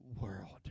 world